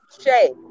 Shay